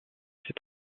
ses